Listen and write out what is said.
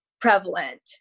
prevalent